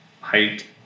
height